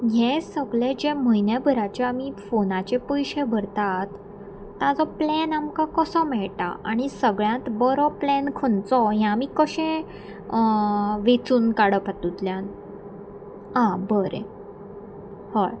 हे सगळें जे म्हयन्या भराचे आमी फोनाचे पयशे भरतात ताजो प्लॅन आमकां कसो मेळटा आनी सगळ्यांत बरो प्लॅन खंयचो हें आमी कशें वेंचून काडप हातूंतल्यान आं बरें हय